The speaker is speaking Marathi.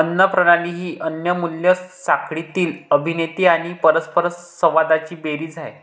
अन्न प्रणाली ही अन्न मूल्य साखळीतील अभिनेते आणि परस्परसंवादांची बेरीज आहे